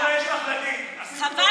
בואי נשמע מה יש לך להגיד, בואי.